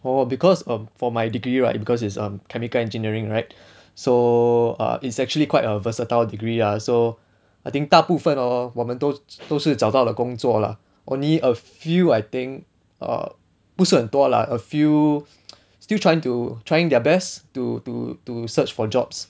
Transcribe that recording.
oh because um for my degree right because it's um chemical engineering right so err it's actually quite a versatile degree ah so I think 大部分 hor 我们都都是找到了工作 lah only a few I think err 不是很多 lah a few still trying to trying their best to to to search for jobs